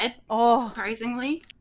surprisingly